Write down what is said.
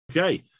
Okay